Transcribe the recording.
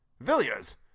Villiers